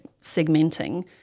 segmenting